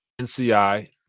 NCI